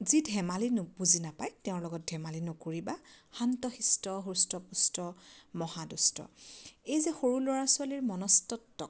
যি ধেমালি নু বুজি নাপায় তেওঁৰ লগত ধেমালি নকৰিবা শান্ত শিষ্ট হৃষ্ট পুষ্ট মহাদুষ্ট এই যে সৰু ল'ৰা ছোৱালীৰ মনস্তত্বক